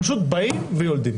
פשוט באים ויולדים.